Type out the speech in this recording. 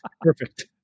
perfect